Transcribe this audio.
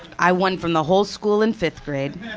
i won from the whole school in fifth grade.